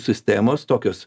sistemos tokios